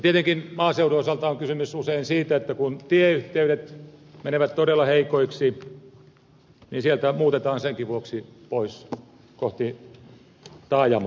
tietenkin maaseudun osalta on kysymys usein siitä että kun tieyhteydet menevät todella heikoiksi niin sieltä muutetaan senkin vuoksi pois kohti taajamaa